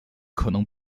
可能